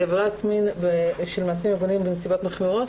עבירת מין ושל מעשים מגונים בנסיבות מחמירות,